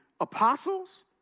apostles